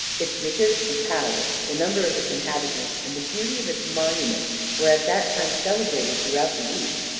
its riches and power, the number of its inhabitants and the beauty of its monuments were at that time celebrated throughout the east,